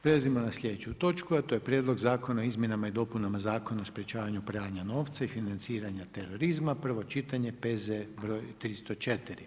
Prelazimo na sljedeću točku, a to je - Prijedlog Zakona o izmjenama i dopunama Zakona o sprječavanju pranja novca i financiranja terorizma, prvo čitanje, P.Z. br. 304.